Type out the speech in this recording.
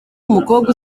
umukobwa